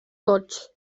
koch